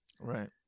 Right